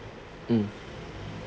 mm